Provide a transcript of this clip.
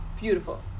Beautiful